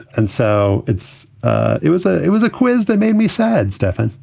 and so it's it was a it was a quiz that made me sad stefan,